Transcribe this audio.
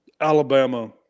Alabama